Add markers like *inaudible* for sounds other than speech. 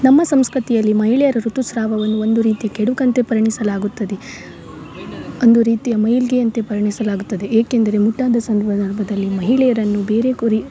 ನಮ್ಮ ಸಂಸ್ಕೃತಿಯಲ್ಲಿ ಮಹಿಳೆಯರು ಋತುಸ್ರಾವವನ್ನು ಒಂದು ರೀತಿ ಕೆಡುಕಂತೆ ಪರಿಣಿಸಲಾಗುತ್ತದೆ ಒಂದು ರೀತಿಯ ಮೈಲ್ಗೆ ಅಂತೆ ಪರಿಣಿಸಲಾಗುತ್ತದೆ ಏಕೆಂದರೆ ಮುಟ್ಟಾದ *unintelligible* ಸಂದರ್ಭದಲ್ಲಿ ಮಹಿಳೆಯರನ್ನು ಬೇರೆ ಕೂರಿ